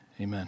amen